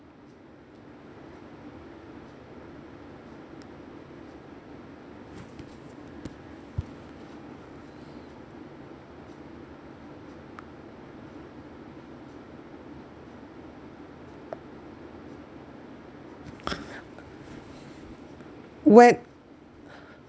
when